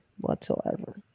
Whatsoever